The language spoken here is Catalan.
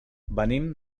venim